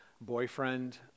boyfriend